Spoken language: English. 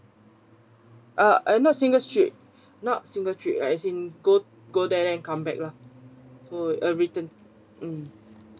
uh ah not single trip not single trip as in go go there then come back lah so everything mm